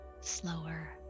slower